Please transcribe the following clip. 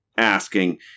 Asking